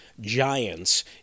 giants